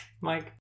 mike